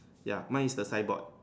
ya mine is the signboard